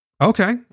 Okay